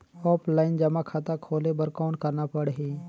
Offline जमा खाता खोले बर कौन करना पड़ही?